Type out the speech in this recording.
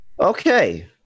Okay